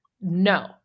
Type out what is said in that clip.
no